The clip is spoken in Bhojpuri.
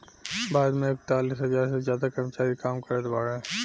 भारत मे एकतालीस हज़ार से ज्यादा कर्मचारी काम करत बाड़े